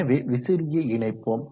எனவே விசிறியை இணைப்போம்